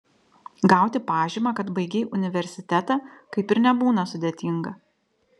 gauti pažymą kad baigei universitetą kaip ir nebūna sudėtinga